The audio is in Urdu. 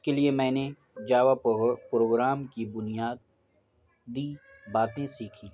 اس کے لیے میں نے جاوا پروگرام کی بنیادی باتیں سیکھیں